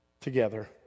together